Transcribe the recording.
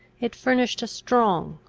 it furnished a strong,